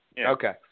Okay